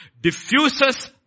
diffuses